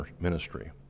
ministry